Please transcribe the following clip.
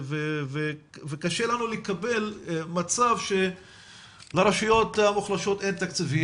וקשה לנו לקבל מצב שלרשויות המוחלשות אין תקציבים,